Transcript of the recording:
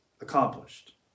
accomplished